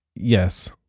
Yes